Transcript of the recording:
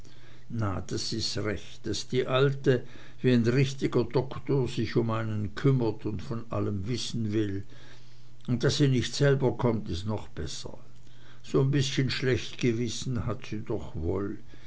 na das is recht daß die alte wie n richtiger doktor sich um einen kümmert und von allem wissen will und daß sie nicht selber kommt ist noch besser so n bißchen schlecht gewissen hat sie doch woll